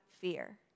fear